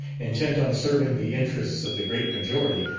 intent on serving the interests of the great majority,